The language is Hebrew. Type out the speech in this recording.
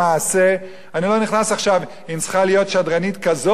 אני לא נכנס עכשיו אם צריכה להיות שדרנית כזאת ויביאו